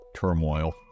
turmoil